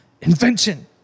invention